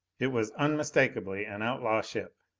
it was unmistakably an outlaw ship.